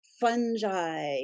fungi